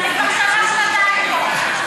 ואני כבר שנה-שנתיים פה,